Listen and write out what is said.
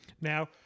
now